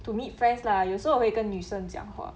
to meet friends lah 有时候我会跟女生讲话